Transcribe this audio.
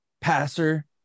passer